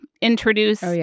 introduce